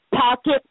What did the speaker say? pocket